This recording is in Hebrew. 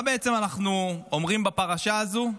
מה בעצם אנחנו אומרים בפרשה הזו?